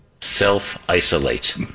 Self-isolate